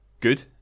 Good